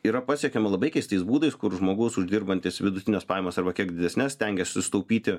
yra pasiekiama labai keistais būdais kur žmogus uždirbantis vidutines pajamas arba kiek didesnes stengiasi sutaupyti